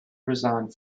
resigned